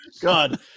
God